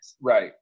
right